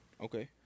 Okay